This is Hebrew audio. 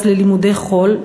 אז ללימודי חול,